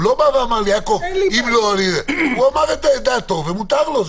הוא אמר את דעתו ומותר לו.